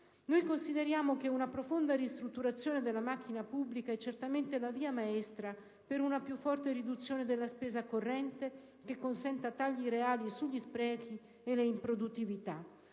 Noi consideriamo che una profonda ristrutturazione della macchina pubblica è certamente la via maestra per una più forte riduzione della spesa corrente, tale da consentire tagli reali sugli sprechi e le improduttività.